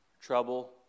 trouble